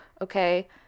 okay